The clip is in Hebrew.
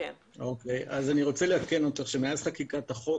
אז אני רוצה לעדכן אותך שמאז חקיקת החוק